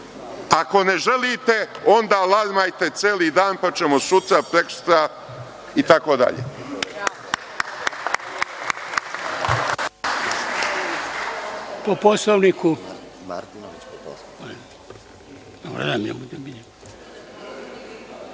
Ako ne želite, onda larmajte celi dan, pa ćemo sutra, prekosutra itd.